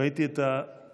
ראיתי את הדלות